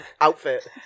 outfit